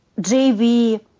JV